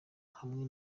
hamwe